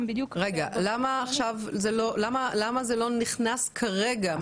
למה זה לא נכנס כרגע?